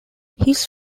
his